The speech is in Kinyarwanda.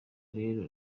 rero